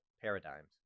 paradigms